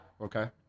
Okay